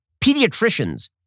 pediatricians